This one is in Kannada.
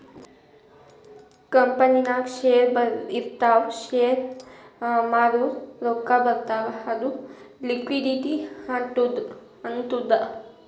ಕಂಪನಿನಾಗ್ ಶೇರ್ ಇರ್ತಾವ್ ಶೇರ್ ಮಾರೂರ್ ರೊಕ್ಕಾ ಬರ್ತಾವ್ ಅದು ಲಿಕ್ವಿಡಿಟಿ ಆತ್ತುದ್